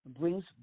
brings